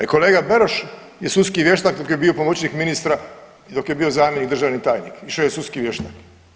A i kolega Beroš je sudski vještak dok je bio pomoćnik ministra i dok je bio zamjenik državni tajnik išao je sudski vještak.